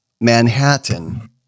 Manhattan